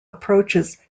approaches